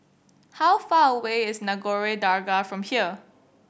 how far away is Nagore Dargah from here